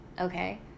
Okay